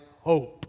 hope